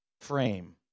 frame